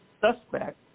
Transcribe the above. suspect